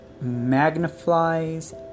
magnifies